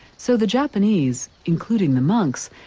so the japanese, including the monks,